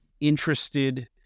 interested